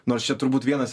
nors čia turbūt vienas